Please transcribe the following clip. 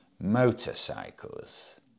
motorcycles